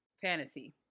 fantasy